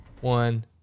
one